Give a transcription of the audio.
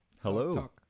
Hello